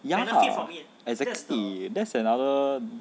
ya lah exactly there's another